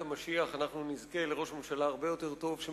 המשיח אנחנו נזכה לראש ממשלה הרבה יותר טוב,